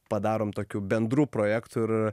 padarom tokių bendrų projektų ir